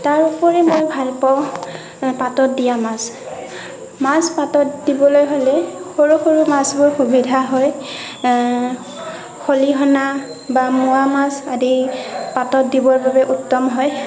তাৰ উপৰিও মই ভাল পাওঁ পাতত দিয়া মাছ মাছ পাতত দিবলৈ হ'লে সৰু সৰু মাছবোৰ সুবিধা হয় খলিহনা বা মোৱা মাছ আদি পাতত দিবৰ বাবে উত্তম হয়